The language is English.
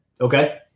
Okay